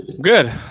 Good